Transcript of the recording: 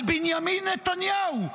על בנימין נתניהו,